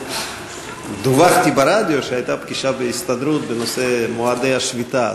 דווחתי ברדיו שהייתה פגישה בהסתדרות בנושא מועדי השביתה,